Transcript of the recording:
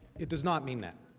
it does not mean that.